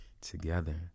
together